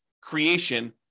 creation